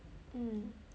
mm